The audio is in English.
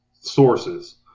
sources